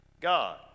God